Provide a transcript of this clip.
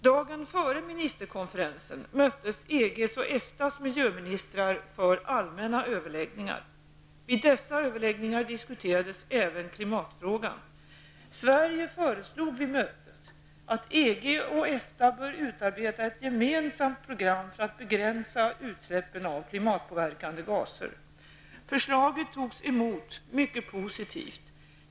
Dagen före ministerkonferensen möttes EGs och EFTAs miljöministrar för allmänna överläggningar. Vid dessa överläggningar diskuterades även klimatfrågan. Sverige föreslog vid mötet att EG och EFTA utarbetar ett gemensamt program för att begränsa utsläppen av klimatpåverkande gaser. Förslaget togs emot mycket positivt.